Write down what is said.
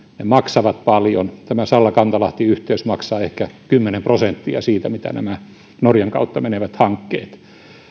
ne maksavat paljon tämä salla kantalahti yhteys maksaa ehkä kymmenen prosenttia siitä mitä nämä norjan kautta menevät hankkeet